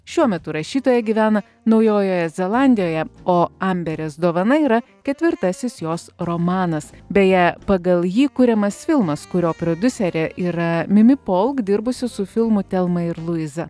šiuo metu rašytoja gyvena naujojoje zelandijoje o amberės dovana yra ketvirtasis jos romanas beje pagal jį kuriamas filmas kurio prodiuserė yra mimi polk dirbusi su filmu telma ir luiza